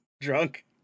drunk